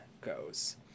goes